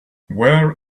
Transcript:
where